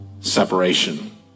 Separation